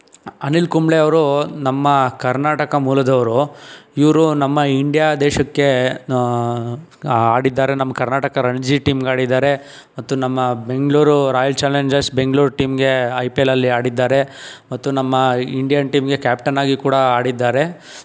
ಅನಿಲ್ ಕುಂಬ್ಳೆಯವರು ನಮ್ಮ ಕರ್ನಾಟಕ ಮೂಲದವರು ಇವರು ನಮ್ಮ ಇಂಡಿಯಾ ದೇಶಕ್ಕೆ ಆಡಿದ್ದಾರೆ ನಮ್ಮ ಕರ್ನಾಟಕ ರಣಜಿ ಟೀಮ್ಗೆ ಆಡಿದ್ದಾರೆ ಮತ್ತು ನಮ್ಮ ಬೆಂಗಳೂರು ರಾಯಲ್ ಚಾಲೆಂಜರ್ಸ್ ಬೆಂಗಳೂರು ಟೀಮ್ಗೆ ಐ ಪಿ ಎಲ್ಅಲ್ಲಿ ಆಡಿದ್ದಾರೆ ಮತ್ತು ನಮ್ಮ ಇಂಡಿಯನ್ ಟೀಮ್ಗೆ ಕ್ಯಾಪ್ಟನ್ ಆಗಿ ಕೂಡ ಆಡಿದ್ದಾರೆ